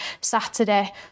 Saturday